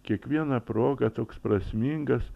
kiekviena proga toks prasmingas